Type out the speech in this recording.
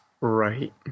right